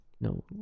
No